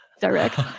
direct